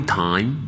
time